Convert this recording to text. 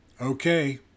okay